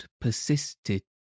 persisted